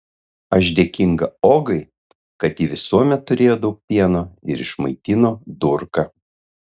aš dėkinga ogai kad ji visuomet turėjo daug pieno ir išmaitino durką